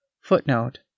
Footnote